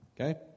Okay